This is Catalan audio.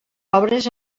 obres